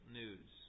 news